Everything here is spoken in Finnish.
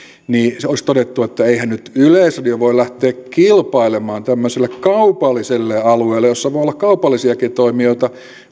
olisi todettu että eihän nyt yleisradio voi lähteä kilpailemaan tämmöiselle kaupalliselle alueelle jossa voi olla kaupallisiakin toimijoita